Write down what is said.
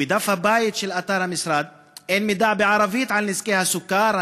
ובדף הבית של אתר המשרד אין מידע בערבית על נזקי הסוכר,